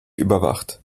überwacht